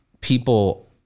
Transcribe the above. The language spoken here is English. people